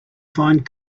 find